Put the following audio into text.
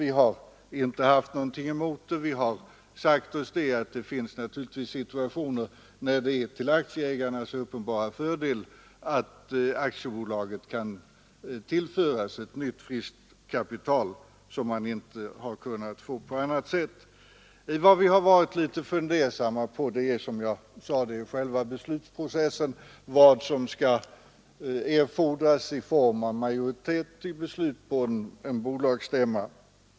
Vi har inte haft någonting emot detta utan sagt oss, att det naturligtivs finns situationer där det är till aktieägarnas uppenbara fördel att aktiebolaget kan tillföras ett nytt, friskt kapital som man inte har kunnat få på annat sätt. Vad vi har varit litet fundersamma över är, som jag sade, själva beslutsprocessen, dvs. vilken majoritet som skall erfordras vid beslut på en bolagsstämma.